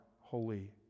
holy